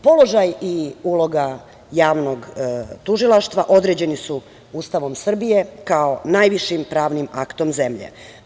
Položaj i uloga javnog tužilaštva određeni su Ustavom Srbije, kao najvišim pravnim aktom zemlje.